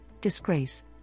disgrace